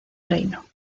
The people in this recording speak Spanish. reino